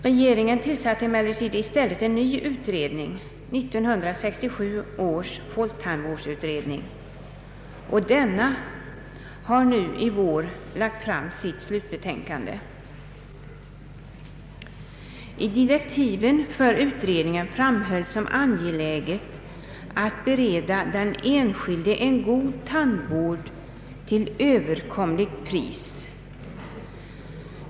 Regeringen tillsatte emellertid i stället en ny utredning, 1967 års folktandvårdsutredning, och denna har nu i år lagt fram sitt slutbetänkande. I direktiven för utredningen framhölls som angeläget att bereda den enskilde en god tandvård till överkomligt pris.